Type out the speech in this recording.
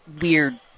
weird